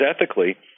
ethically